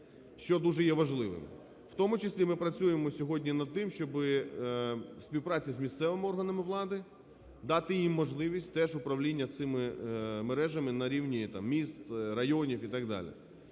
що дуже є важливим. В тому числі ми працюємо сьогодні над тим, щоби співпраця з місцевими органами влади… дати їм можливість теж управління цими мережами на рівні там міст, районів і так далі.